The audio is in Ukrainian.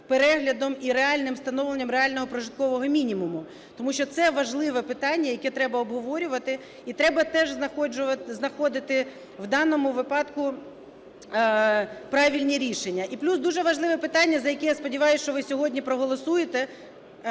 переглядом і реальним встановленням реального прожиткового мінімуму. Тому що це важливе питання, яке треба обговорювати і треба теж знаходити в даному випадку правильні рішення. І плюс дуже важливе питання, за яке, я сподіваюсь, що ви сьогодні проголосуєте…